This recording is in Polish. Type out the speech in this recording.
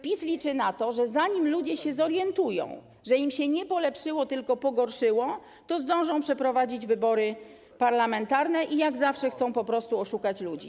PiS liczy na to, że zanim ludzie się zorientują, że im się nie polepszyło, tylko się pogorszyło, oni zdążą przeprowadzić wybory parlamentarne, i jak zawsze chcą po prostu oszukać ludzi.